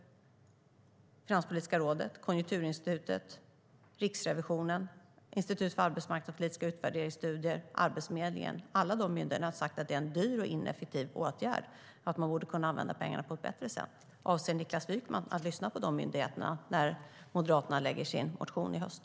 Finanspolitiska rådet, Konjunkturinstitutet, Riksrevisionen, Institutet för arbetsmarknads och utbildningspolitisk utvärdering och Arbetsförmedlingen - alla de myndigheterna har sagt att det är en dyr och ineffektiv åtgärd och att man borde kunna använda pengarna på ett bättre sätt. Avser Niklas Wykman att lyssna på de myndigheterna när Moderaterna lägger fram sin motion i höst?